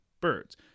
birds